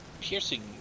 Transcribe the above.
piercing